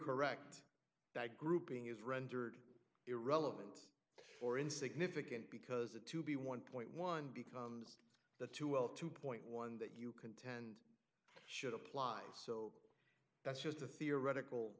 correct that grouping is rendered irrelevant or insignificant because it to be one point one becomes the two well two point one that you contend should apply so that's just